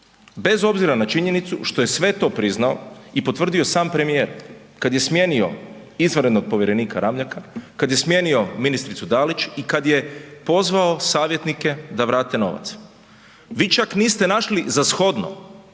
bez obzira na činjenicu što je sve to priznao i potvrdio sam premijer kad je smijenio izvanrednog povjerenika Ramljaka, kad je smijenio ministricu Dalić i kad je pozvao savjetnike da vrate novac. Vi čak niste našli za shodno